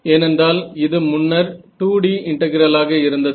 ஏனென்றால் இது முன்னர் 2D இன்டெகிரலாக இருந்தது